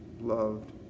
loved